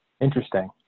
Interesting